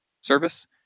service